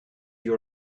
you